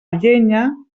llenya